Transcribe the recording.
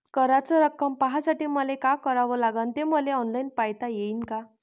कराच रक्कम पाहासाठी मले का करावं लागन, ते मले ऑनलाईन पायता येईन का?